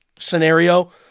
scenario